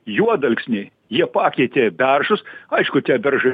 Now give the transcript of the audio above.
juodalksniai jie pakeitė beržus aišku tie beržai